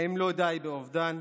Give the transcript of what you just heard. האם לא די באובדן?